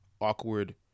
awkward